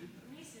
מי זה?